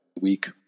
week